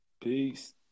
Peace